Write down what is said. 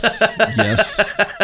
yes